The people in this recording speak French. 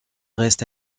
reste